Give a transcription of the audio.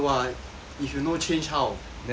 if you no change how